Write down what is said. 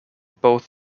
both